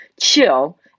chill